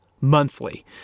monthly